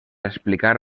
explicar